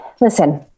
listen